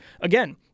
Again